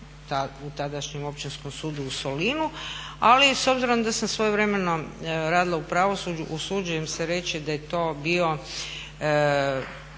u tadašnjem općinskom sudu u Solinu, ali s obzirom da sam svojevremeno radila u pravosuđu usuđujem se reći da je to bio